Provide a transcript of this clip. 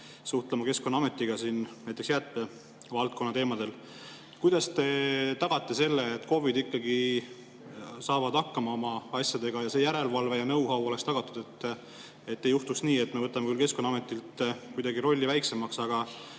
suhtlema Keskkonnaametiga näiteks jäätmevaldkonna teemadel. Kuidas te tagate selle, et KOV-id ikkagi saavad hakkama oma asjadega ja see järelevalve jaknow-howon tagatud? Et ei juhtuks nii, et me [muudame] küll Keskkonnaameti rolli kuidagi väiksemaks, aga